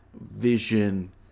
vision